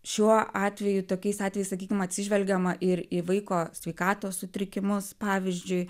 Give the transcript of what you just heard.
šiuo atveju tokiais atvejais sakykim atsižvelgiama ir į vaiko sveikatos sutrikimus pavyzdžiui